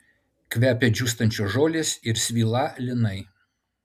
kvepia džiūstančios žolės ir svylą linai